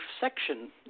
section